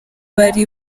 bari